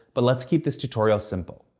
but let's keep this tutorial simple.